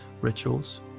rituals